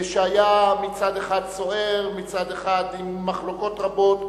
שהיה סוער מצד אחד, עם מחלוקות רבות,